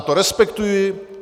Já to respektuji.